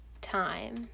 time